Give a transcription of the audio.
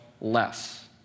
less